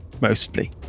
mostly